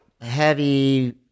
heavy